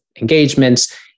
engagements